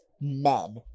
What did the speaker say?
men